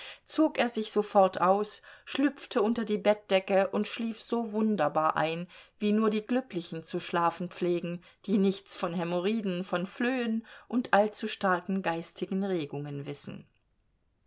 zog er sich sofort aus schlüpfte unter die bettdecke und schlief so wunderbar ein wie nur die glücklichen zu schlafen pflegen die nichts von hämorrhoiden von flöhen und allzu starken geistigen regungen wissen